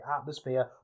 atmosphere